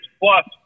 plus